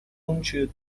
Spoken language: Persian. اونچه